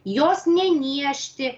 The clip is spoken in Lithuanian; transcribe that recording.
jos neniežti